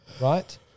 right